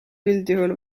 üldjuhul